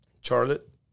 Charlotte